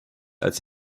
als